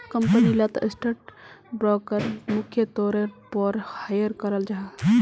company लात stock broker मुख्य तौरेर पोर हायर कराल जाहा